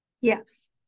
Yes